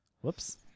Whoops